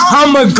I'ma